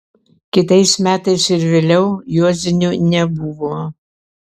kitais metais ir vėliau juozinių nebuvo